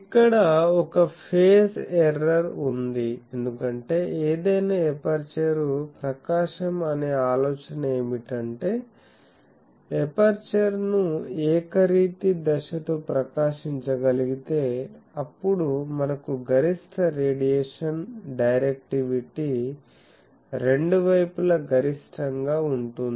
ఇక్కడ ఒక phase error ఉంది ఎందుకంటే ఏదైనా ఎపర్చరు ప్రకాశం అనే ఆలోచన ఏమిటంటే ఎపర్చర్ ను ఏకరీతి దశతో ప్రకాశించగలిగితే అప్పుడు మనకు గరిష్ట రేడియేషన్ డైరెక్టివిటీ రెండు వైపుల గరిష్టంగా ఉంటుంది